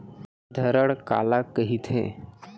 धरण काला कहिथे?